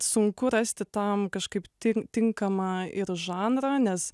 sunku rasti tam kažkaip tinkamą ir žanrą nes